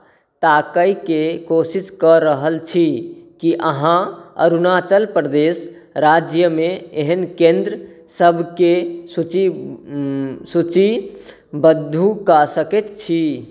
ताकयके कोशिश कऽ रहल छी की अहाँ अरुणाचलप्रदेश राज्यमे एहन केन्द्रसभकेँ सूची सूचीबद्ध कऽ सकैत छी